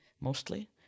mostly